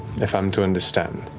if i'm to understand?